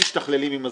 הם משתכללים עם הזמן,